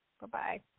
Goodbye